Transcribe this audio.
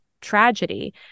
tragedy